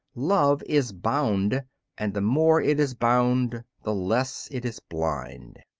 love is bound and the more it is bound the less it is blind.